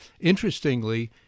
Interestingly